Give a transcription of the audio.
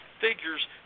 figures